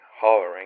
hollering